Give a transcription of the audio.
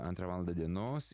antrą valandą dienos